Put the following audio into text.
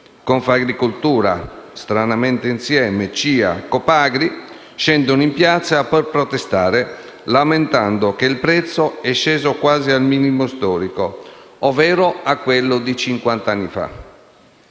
Confagricoltura (stranamente insieme), CIA e Coopagri scendono in piazza per protestare, lamentando che il prezzo è sceso quasi al minimo storico, ovvero a quello di cinquant'anni fa,